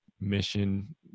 mission